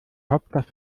hauptstadt